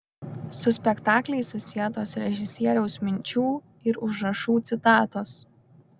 su spektakliais susietos režisieriaus minčių ir užrašų citatos